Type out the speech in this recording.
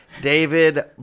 David